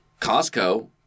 Costco